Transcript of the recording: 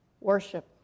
worship